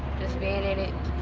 just being in it.